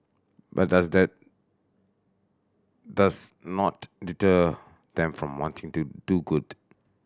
but does that does not deter them from wanting to do good